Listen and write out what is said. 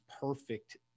perfect